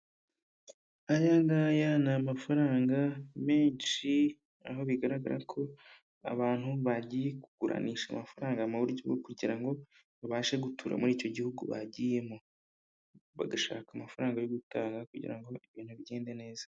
Aya ngaya ni amafaranga menshi, aho bigaragara ko abantu bagiye kuguranisha amafaranga mu buryo bwo kugira ngo babashe gutura muri icyo gihugu bagiyemo. Bagashaka amafaranga yo gutanga kugira ngo ibintu bigende neza.